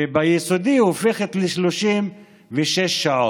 וביסודי היא הופכת ל-36 שעות.